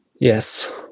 Yes